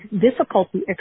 difficulty